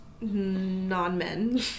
Non-men